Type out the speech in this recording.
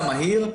במהירות,